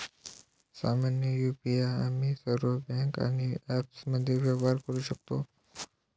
समान यु.पी.आई आम्ही सर्व बँका आणि ॲप्समध्ये व्यवहार करू शकतो